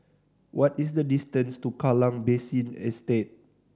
what is the distance to Kallang Basin Estate